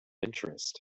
interest